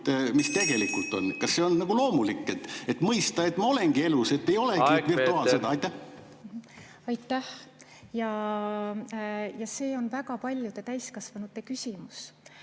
mis tegelikult on. Kas see on loomulik, et mõista, et ma olengi elus, et ei ole kõik virtuaalne? Aitäh! See on väga paljude täiskasvanute küsimus,